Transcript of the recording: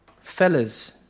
Fellas